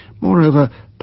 Moreover